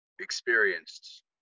experienced